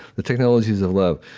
the technologies of love.